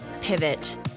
pivot